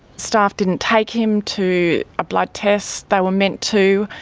staff didn't take him to a blood test they were meant to,